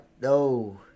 No